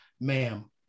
Ma'am